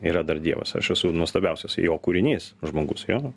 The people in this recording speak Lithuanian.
yra dar dievas aš esu nuostabiausias jo kūrinys žmogus jo